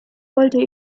wollte